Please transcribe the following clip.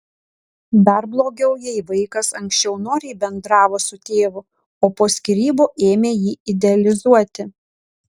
dar blogiau jei vaikas anksčiau noriai bendravo su tėvu o po skyrybų ėmė jį idealizuoti